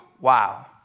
wow